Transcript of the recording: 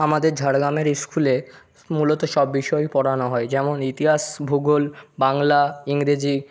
আমাদের ঝাড়গ্রামের স্কুলে মূলত সব বিষয়ই পড়ানো হয় যেমন ইতিহাস ভূগোল বাংলা ইংরেজি